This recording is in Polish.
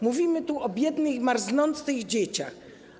Mówimy tu o biednych, marznących dzieciach.